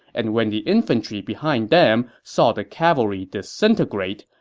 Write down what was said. and when the infantry behind them saw the cavalry disintegrate,